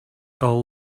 all